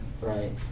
Right